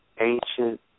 ancient